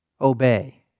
obey